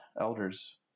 elders